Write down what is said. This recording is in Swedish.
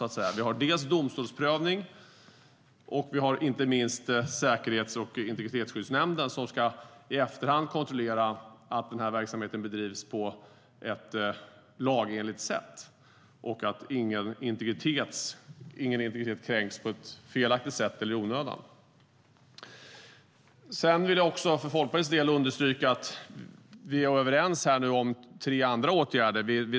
Det sker domstolsprövning, och vi har dessutom Säkerhets och integritetsskyddsnämnden som i efterhand ska kontrollera att verksamheten bedrivs på ett lagenligt sätt och att ingen integritet kränks i onödan. För Folkpartiets del vill jag understryka att vi är överens om tre andra åtgärder.